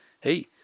hey